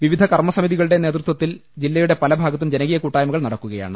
വിവിധ കർമ്മസമിതികളുടെ നേതൃത്വത്തിൽ ജില്ലയുടെ പലഭാ ഗത്തും ജനകീയ കൂട്ടായ്മകൾ നടക്കുകയാണ്